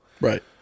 Right